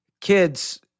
kids